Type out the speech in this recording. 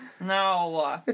No